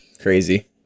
crazy